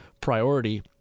priority